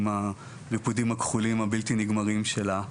עם הריפודים הכחולים הבלתי נגמרים שלה.